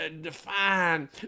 Define